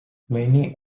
many